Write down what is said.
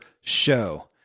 show